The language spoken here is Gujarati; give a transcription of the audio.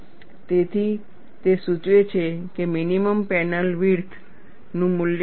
તેથી તે સૂચવે છે કે મિનિમમ પેનલ વિડથ નું મૂલ્ય શું છે